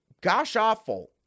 gosh-awful